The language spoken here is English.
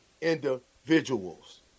individuals